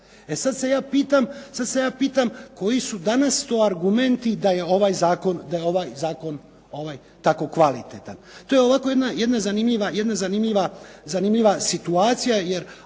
E sad se ja pitam koji su danas to argumenti da je ovaj zakon tako kvalitetan? To je ovako jedna zanimljiva situacija